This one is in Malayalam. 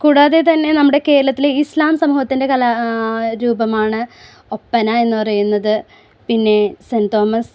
കൂടാതെ തന്നെ നമ്മുടെ കേരളത്തിലെ ഇസ്ലാം സമൂഹത്തിൻ്റെ കലാ രൂപമാണ് ഒപ്പന എന്ന് പറയുന്നത് പിന്നെ സെൻ്റ് തോമസ്